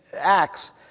Acts